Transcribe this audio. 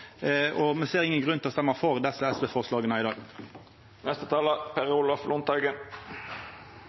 og me ser ingen grunn til å røysta for desse SV-forslaga i dag.